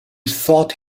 thought